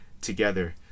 together